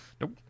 nope